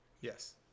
Yes